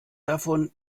davon